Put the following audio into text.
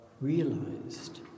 realized